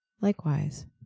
Likewise